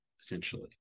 essentially